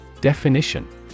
Definition